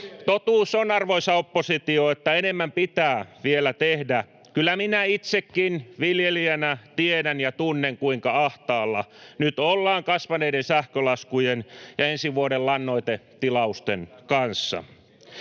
totuus on, arvoisa oppositio, että enemmän pitää vielä tehdä. Kyllä minä itsekin viljelijänä tiedän ja tunnen, kuinka ahtaalla nyt ollaan kasvaneiden sähkölaskujen ja ensi vuoden lannoitetilausten kanssa.